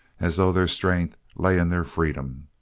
as though their strength lay in their freedom.